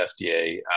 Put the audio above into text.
FDA